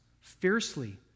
fiercely